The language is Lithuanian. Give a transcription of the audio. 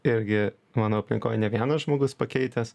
irgi mano aplinkoj ne vienas žmogus pakeitęs